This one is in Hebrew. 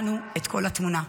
לנו, את כל התמונה.